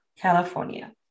California